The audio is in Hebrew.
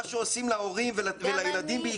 מה שעושים להורים ולילדים,